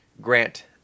Grant